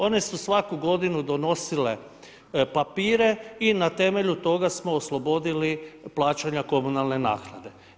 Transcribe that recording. One su svaku godinu donosile papire i na temelju toga smo oslobodili plaćanja komunalne naknade.